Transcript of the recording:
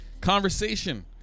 conversation